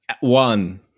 one